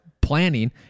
planning